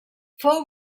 fou